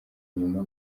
nyuma